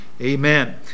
Amen